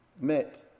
met